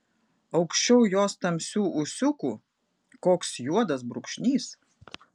aukščiau jos tamsių ūsiukų koks juodas brūkšnys